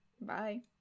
Bye